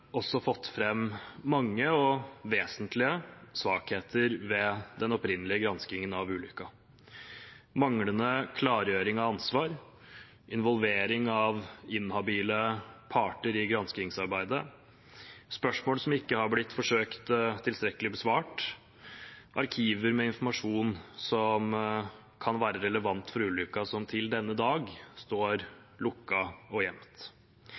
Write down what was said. også fått fram mange og vesentlige svakheter ved den opprinnelige granskingen av ulykken. Det er manglende klargjøring av ansvar, involvering av inhabile parter i granskingsarbeidet, spørsmål som ikke i tilstrekkelig grad er blitt forsøkt besvart, og arkiver med informasjon som kan være relevant for ulykken, som til denne dag står lukket og